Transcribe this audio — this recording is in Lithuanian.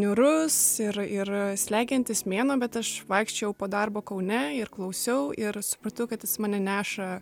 niūrus ir ir slegiantis mėnuo bet aš vaikščiojau po darbo kaune ir klausiau ir supratau kad jis mane neša